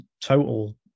total